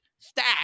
stack